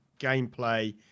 gameplay